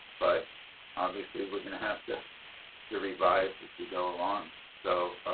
but obviously we're going to have to to revise if we go along. so